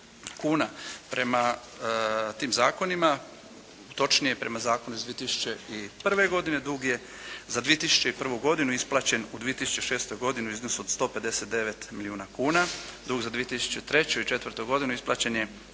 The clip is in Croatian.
kuna. Prema tim zakonima, točnije prema zakonu iz 2001. godine dug je za 2001. godinu isplaćen u 2006. godini u iznosu od 159 milijuna kuna, dug za 2003. i 2004. godinu isplaćen je